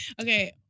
Okay